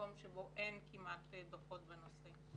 במקום שבו אין כמעט דוחות בנושא.